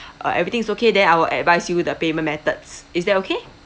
uh everything is okay then I will advise you the payment methods is that okay